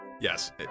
Yes